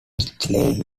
slaying